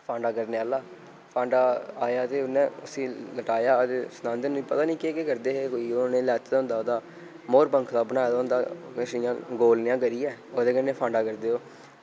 फांडा करने आह्ला फांडा आया ते उ'नें उस्सी लटाया ते सनांदे निं पता निं केह् केह् करदे हे कोई ओह् उ'नें लैते दा होंदा उदा मोरपंख दा बनाए दा होंदा किश इ'यां गोल नेआ करियै ओह्दे कन्नै फांडा करदे ओह्